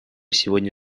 сегодня